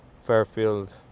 Fairfield